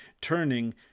Turning